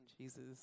Jesus